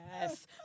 yes